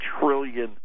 trillion